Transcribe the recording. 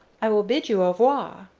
i will bid you au revoir,